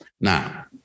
Now